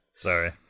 Sorry